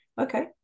okay